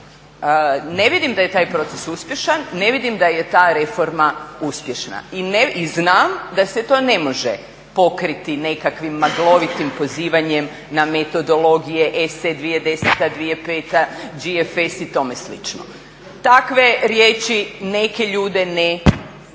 Ne vidim da je taj proces uspješan, ne vidim da je ta reforma uspješna i znam da se to ne može pokriti nekakvim maglovitim pozivanjem na metodologije ESA 2010., 2005., … i tome slično. Takve riječi neke ljude ne mogu